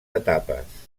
etapes